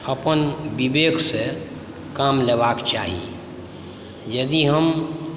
अपन विवेकसँ काम लेबाक चाही यदि हम